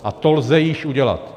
A to lze již udělat.